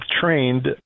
Trained